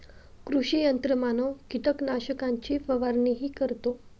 कृषी यंत्रमानव कीटकनाशकांची फवारणीही करतो